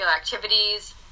activities